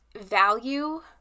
value